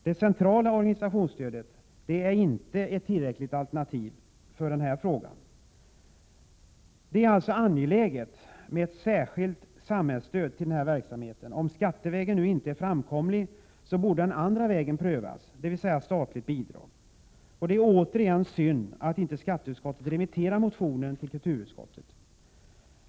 Det centrala organisationsstödet är inte heller ett tillräckligt alternativ. Det är alltså angeläget med ett särskilt samhällsstöd till denna verksamhet. Om stattevägen nu inte är framkomlig borde den andra vägen prövas, dvs. statligt bidrag. Det är återigen synd att skatteutskottet inte remitterade motionen till kulturutskottet.